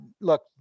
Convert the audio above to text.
Look